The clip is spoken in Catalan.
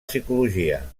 psicologia